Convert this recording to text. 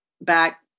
back